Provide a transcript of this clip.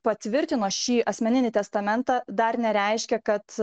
patvirtino šį asmeninį testamentą dar nereiškia kad